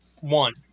one